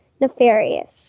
nefarious